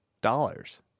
dollars